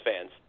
fans